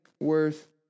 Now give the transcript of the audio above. worth